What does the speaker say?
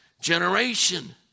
generation